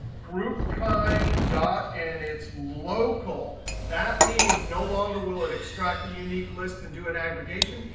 group kind dot, and it's local. that means no longer will it extract a unique list and do an aggregation.